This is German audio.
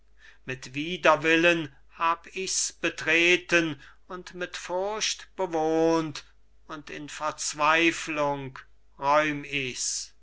aus mit widerwillen hab ich's betreten und mit furcht bewohnt und in verzweiflung räum ichs alles